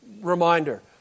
reminder